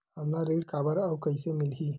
हमला ऋण काबर अउ कइसे मिलही?